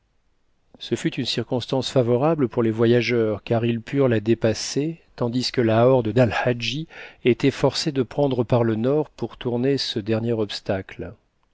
ce fut une circonstance favorable pour les voyageurs car ils purent la dépasser tandis que la horde d'al hadji était forcée de prendre par le nord pour tourner ce dernier obstacle